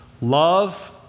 love